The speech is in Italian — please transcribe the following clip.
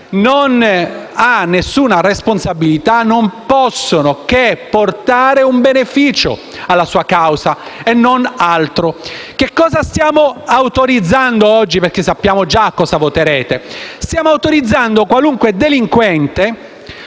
non ha alcuna responsabilità, non possono che portare un beneficio alla sua causa e non altro. Che cosa stiamo autorizzando oggi (perché già sappiamo cosa voterete)? Stiamo dicendo a qualunque delinquente